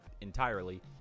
entirely